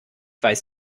weiß